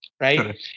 Right